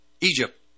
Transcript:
Egypt